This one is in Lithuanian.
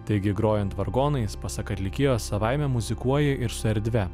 taigi grojant vargonais pasak atlikėjo savaime muzikuoji ir su erdve